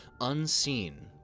unseen